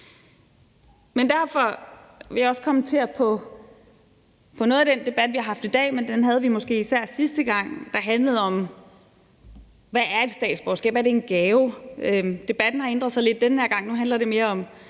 Derfor vil jeg også kommentere på noget af den debat, som vi har haft i dag, men som vi måske især havde sidste gang, der handlede om: Hvad er et statsborgerskab? Er det en gave? Debatten har ændret sig lidt denne her gang. Nu handler det mere om